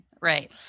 right